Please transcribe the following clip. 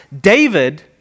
David